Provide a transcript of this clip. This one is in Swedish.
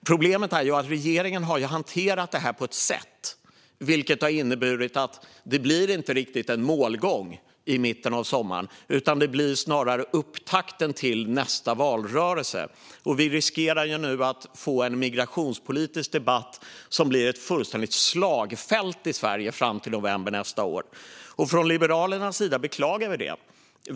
Problemet är att regeringen har hanterat det här på ett sätt som har inneburit att det inte riktigt blir en målgång i mitten av sommaren utan snarare upptakten till nästa valrörelse. Vi riskerar nu att få en migrationspolitisk debatt som blir ett fullständigt slagfält i Sverige fram till november nästa år. Från Liberalernas sida beklagar vi detta.